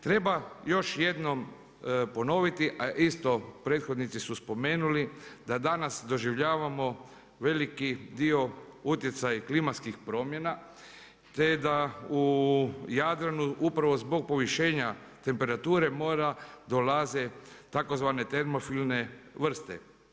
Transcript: Treba još jednom ponoviti a isto prethodnici su spomenuli da danas doživljavamo veliki dio utjecaj klimatskih promjena te da u Jadranu upravo zbog povišenja temperature mora dolaze tzv. termofilne vrste.